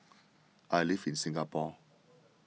I live in Singapore